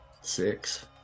Six